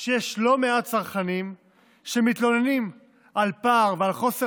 שיש לא מעט צרכנים שמתלוננים על פער ועל חוסר